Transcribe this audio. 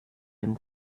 dem